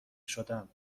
شدم